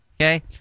okay